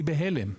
אני בהלם.